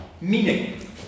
meaning